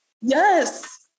yes